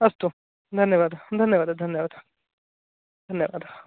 अस्तु धन्यवादः धन्यवादः धन्यावादः धन्यवादः